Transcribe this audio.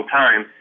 time